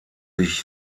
sich